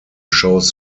shows